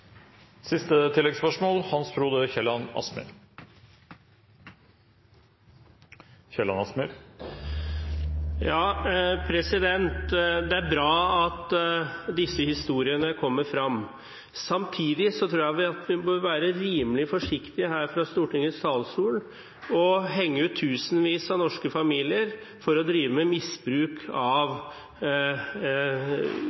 Hans Frode Kielland Asmyhr – til oppfølgingsspørsmål. Det er bra at disse historiene kommer frem. Samtidig tror jeg vi bør være rimelig forsiktig fra Stortingets talerstol med å henge ut tusenvis av norske familier for å drive med misbruk av